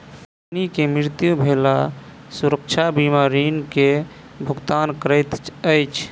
ऋणी के मृत्यु भेला सुरक्षा बीमा ऋण के भुगतान करैत अछि